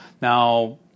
Now